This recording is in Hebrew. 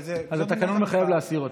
אז התקנון מחייב להסיר אותה.